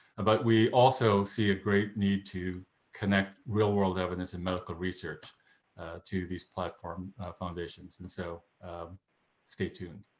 but we also see a great need to connect real world evidence and medical research to these platform foundations and so stay tuned.